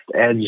edge